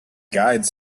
guides